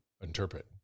interpret